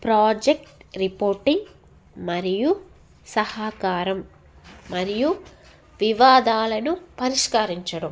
project reporting మరియు సహాకారం మరియు వివాదాలను పరిష్కరించడం